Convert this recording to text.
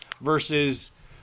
versus